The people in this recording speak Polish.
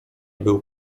był